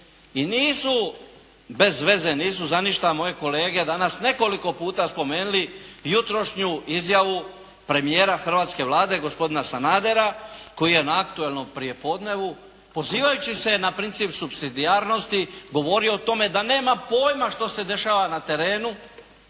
i nisu bez veze, nisu za ništa moje kolege danas nekoliko puta spomenuli jutrošnju izjavu premijera Hrvatske vlade, gospodina Sanadera koji je na "Aktualnom prijepodnevu" pozivajući se na princip supsidijarnosti govorio o tome da nema pojma što se dešava na terenu,